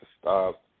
stop